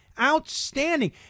outstanding